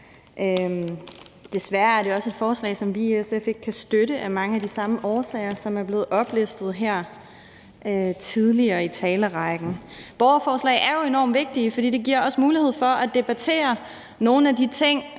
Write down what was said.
desværre er det også et forslag, som vi i SF ikke kan støtte af mange af de samme årsager, som er blevet oplistet her tidligere i talerrækken. Borgerforslag er jo enormt vigtige, fordi det giver os mulighed for at debattere nogle af de ting